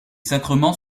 sacrements